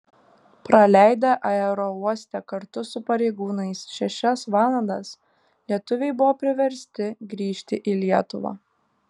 praleidę aerouoste kartu su pareigūnais šešias valandas lietuviai buvo priversti grįžti į lietuvą